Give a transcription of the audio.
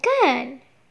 kan